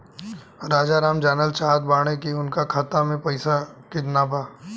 राजाराम जानल चाहत बड़े की उनका खाता में कितना पैसा बा?